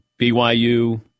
BYU